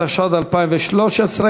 התשע"ד 2013,